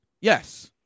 Yes